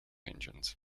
engines